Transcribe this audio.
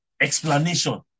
explanation